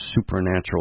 supernatural